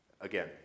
Again